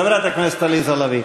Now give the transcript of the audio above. חברת הכנסת עליזה לביא.